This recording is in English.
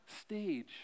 stage